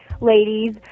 ladies